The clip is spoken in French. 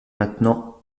maintenant